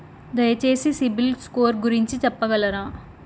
దయచేసి CIBIL score గురించి చెప్పగలరా?